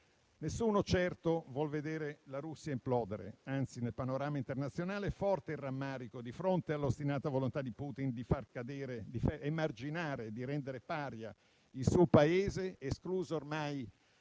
Nessuno certo vuol vedere la Russia implodere. Anzi, nel panorama internazionale è forte il rammarico di fronte all'ostinata volontà di Putin di emarginare e rendere paria il suo Paese, escluso ormai